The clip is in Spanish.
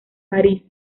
parís